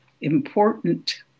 important